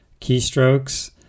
keystrokes